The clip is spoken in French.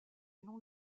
non